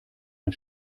ein